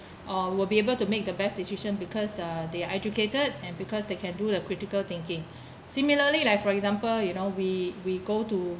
or will be able to make the best decision because uh they are educated and because they can do the critical thinking similarly like for example you know we we go to